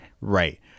Right